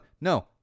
No